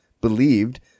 believed